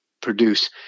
produce